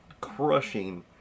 crushing